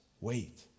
wait